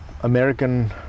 American